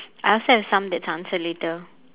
I also have some that's answered later